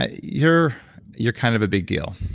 ah you're you're kind of a big deal